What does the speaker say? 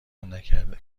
نکرده